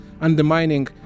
undermining